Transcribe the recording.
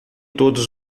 todos